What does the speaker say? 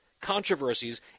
controversies